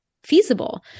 Feasible